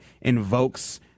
invokes